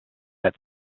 set